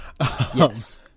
Yes